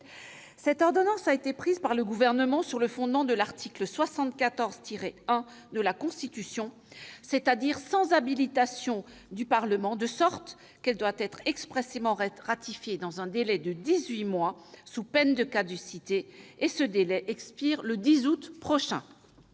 Cette ordonnance a été prise par le Gouvernement sur le fondement de l'article 74-1 de la Constitution, c'est-à-dire sans habilitation du Parlement, de sorte qu'elle doit être expressément ratifiée dans un délai de dix-huit mois, sous peine de caducité. Ce délai expire le 10 août prochain.